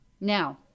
Now